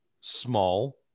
small